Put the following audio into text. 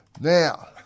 Now